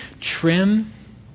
trim